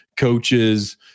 coaches